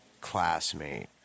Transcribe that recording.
classmate